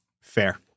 fair